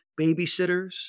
babysitters